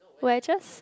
wedges